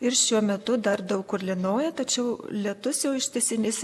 ir šiuo metu dar daug kur lynoja tačiau lietus jau ištisinis